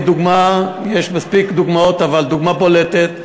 לדוגמה, יש מספיק דוגמאות, אבל דוגמה בולטת,